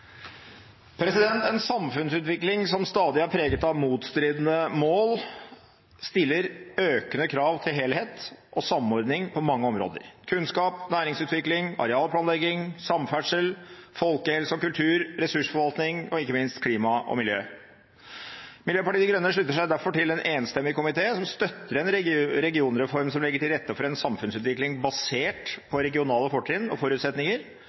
stadig er preget av motstridende mål, stiller økende krav til helhet og samordning på mange områder: kunnskap, næringsutvikling, arealplanlegging, samferdsel, folkehelse og kultur, ressursforvaltning og ikke minst klima og miljø. Miljøpartiet De Grønne slutter seg derfor til en enstemmig komité som støtter en regionreform som legger til rette for en samfunnsutvikling basert på regionale fortrinn og forutsetninger,